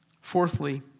Fourthly